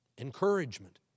encouragement